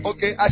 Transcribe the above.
Okay